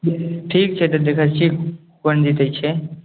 ठीक छै तऽ देखै छियै कोन जीतै छै